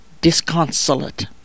disconsolate